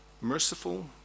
merciful